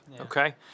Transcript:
okay